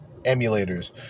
emulators